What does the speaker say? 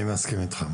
אני מסכים איתך.